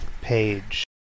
page